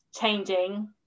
changing